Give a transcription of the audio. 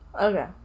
Okay